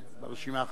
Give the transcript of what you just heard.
ברשימה החדשה.